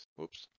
oops